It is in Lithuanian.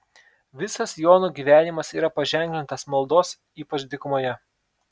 visas jono gyvenimas yra paženklintas maldos ypač dykumoje